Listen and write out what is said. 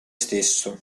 stesso